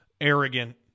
arrogant